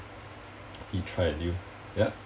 maybe try a new ya